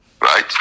right